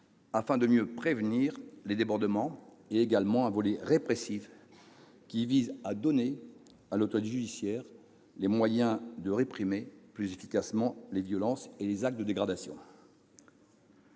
pour mieux prévenir les débordements, ainsi qu'un volet répressif, qui vise à donner à l'autorité judiciaire les moyens de réprimer plus efficacement les violences et les actes de dégradation.